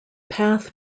path